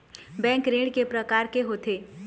Bank ऋण के प्रकार के होथे?